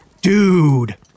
Dude